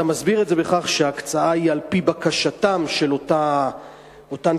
אתה מסביר את זה בכך שההקצאה היא על-פי בקשתן של אותן קבוצות,